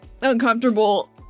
uncomfortable